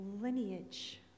lineage